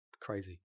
crazy